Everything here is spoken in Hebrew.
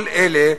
כל אלה,